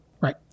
Right